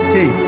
Hey